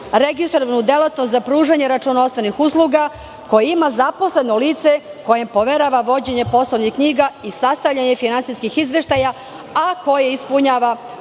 registrovanu delatnost za pružanje računovodstvenih usluga koje ima zaposleno lice kojem poverava vođenje poslovnih knjiga i sastavljanje finansijskih izveštaja, a koje ispunjava uslov